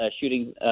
shooting